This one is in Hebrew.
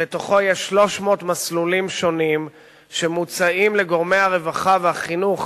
בתוכו יש 300 מסלולים שונים שמוצעים לגורמי הרווחה והחינוך,